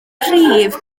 prif